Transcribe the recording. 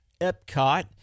Epcot